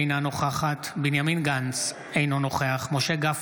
אינה נוכחת בנימין גנץ, אינו נוכח משה גפני,